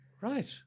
Right